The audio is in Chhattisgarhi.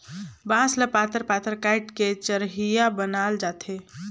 बांस ल पातर पातर काएट के चरहिया बनाल जाथे